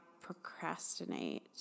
procrastinate